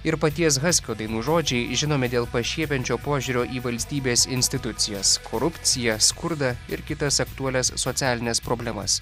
ir paties haskio dainų žodžiai žinomi dėl pašiepiančio požiūrio į valstybės institucijas korupciją skurdą ir kitas aktualias socialines problemas